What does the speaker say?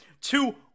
Two